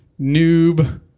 noob